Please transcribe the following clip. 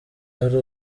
ari